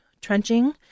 trenching